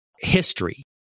history